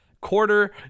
quarter